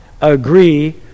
agree